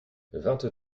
vingt